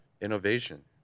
Innovation